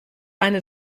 eine